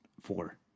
four